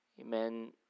amen